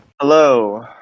Hello